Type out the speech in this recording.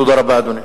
תודה רבה, אדוני.